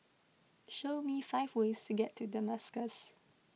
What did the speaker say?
show me five ways to get to Damascus